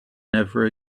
never